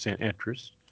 interest